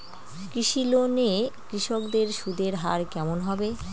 কৃষি লোন এ কৃষকদের সুদের হার কেমন হবে?